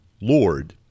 Lord